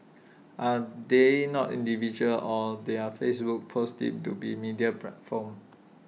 are they not individuals or their Facebook posts deemed to be media platforms